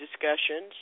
discussions